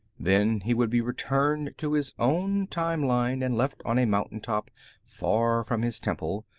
then he would be returned to his own time-line and left on a mountain top far from his temple,